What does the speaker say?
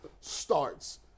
starts